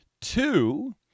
Two